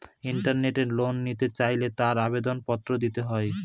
ইন্টারনেটে লোন নিতে চাইলে তার আবেদন পত্র দিতে হয়